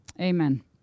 Amen